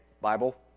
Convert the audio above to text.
Bible